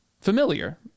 familiar